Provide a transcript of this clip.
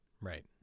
Right